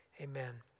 Amen